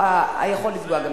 היכול לפגוע במקרים,